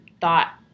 thought